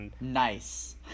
Nice